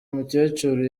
mukecuru